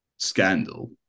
scandal